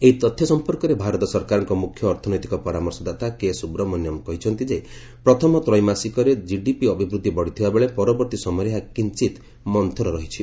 ଏହି ତଥ୍ୟ ସମ୍ପର୍କରେ ଭାରତ ସରକାରଙ୍କ ମୁଖ୍ୟ ଅର୍ଥନୈତିକ ପରାମର୍ଶଦାତା କେ ସ୍ତବ୍ମନ୍ୟନ କହିଛନ୍ତି ଯେ ପ୍ରଥମ ତ୍ରିମାସିକରେ କିଡିପି ଅଭିବୃଦ୍ଧି ବଢ଼ିଥିବାବେଳେ ପରବର୍ତ୍ତୀ ସମୟରେ ଏହା କିଞ୍ଚତ ମନୁର ରହିଛି